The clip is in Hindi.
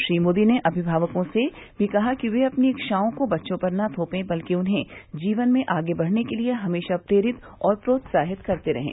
श्री मोदी ने अभिभावकों से भी कहा कि वे अपनी इच्छाओं को बच्चों पर न थोपें बल्कि उन्हें जीवन में आगे बढ़ने के लिए हमेशा प्रेरित और प्रोत्साहित करते रहें